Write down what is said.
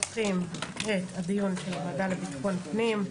אנחנו פותחים את הדיון של הוועדה לביטחון הפנים.